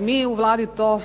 MI u Vladi to